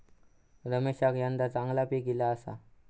रमेशका यंदा चांगला पीक ईला आसा